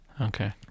okay